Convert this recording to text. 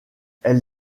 elle